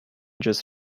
just